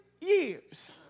years